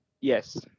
Yes